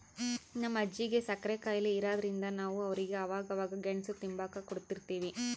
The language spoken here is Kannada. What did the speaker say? ನಮ್ ಅಜ್ಜಿಗೆ ಸಕ್ರೆ ಖಾಯಿಲೆ ಇರಾದ್ರಿಂದ ನಾವು ಅವ್ರಿಗೆ ಅವಾಗವಾಗ ಗೆಣುಸು ತಿಂಬಾಕ ಕೊಡುತಿರ್ತೀವಿ